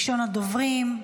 ראשון הדוברים.